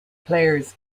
players